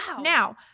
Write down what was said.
Now